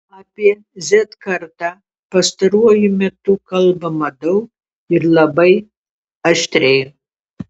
apie z kartą pastaruoju metu kalbama daug ir labai aštriai